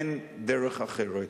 אין דרך אחרת.